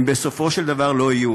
הם בסופו של דבר לא יהיו.